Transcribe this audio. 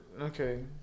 Okay